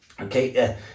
okay